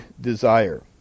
desire